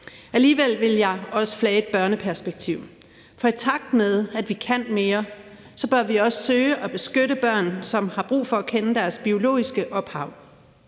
Alligevel vil jeg også flage et børneperspektiv, for i takt med at vi kan mere, bør vi også søge at beskytte børn, som har brug for at kende deres biologiske ophav.